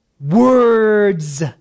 words